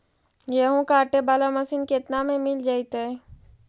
गेहूं काटे बाला मशीन केतना में मिल जइतै?